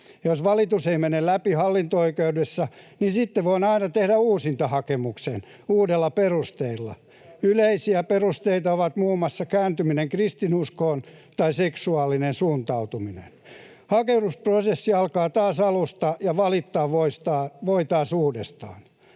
Jos valitus ei mene läpi hallinto-oikeudessa, niin sitten voi aina tehdä uusintahakemuksen uudella perusteella. Yleisiä perusteita ovat muun muassa kääntyminen kristinuskoon tai seksuaalinen suuntautuminen. Hakemusprosessi alkaa taas alusta, ja valittaa voi taas uudestaan.